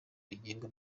rigenga